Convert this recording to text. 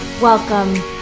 Welcome